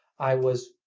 i was,